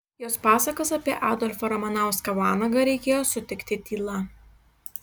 jos pasakas apie adolfą ramanauską vanagą reikėjo sutikti tyla